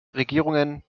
regierungen